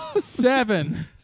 seven